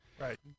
Right